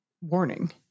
warning